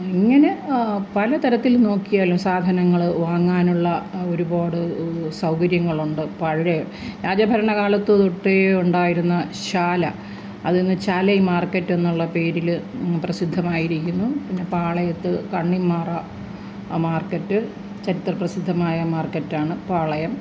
ഇങ്ങനെ പലതരത്തിലും നോക്കിയാലും സാധനങ്ങള് വാങ്ങാനുള്ള ഒരുപാട് സൗകര്യങ്ങളുണ്ട് പഴയ രാജഭരണകാലത്ത്തൊട്ടേ ഉണ്ടായിരുന്ന ശാല അതിന്ന് ചാലെ മാർക്കറ്റ് എന്നുള്ള പേരില് പ്രസിദ്ധമായിരിക്കുന്നു പിന്നെ പാളയത്ത് കണ്ണിമ്മാറ മാർക്കറ്റ് ചരിത്രപ്രസിദ്ധമായ മാർക്കറ്റാണ് പാളയം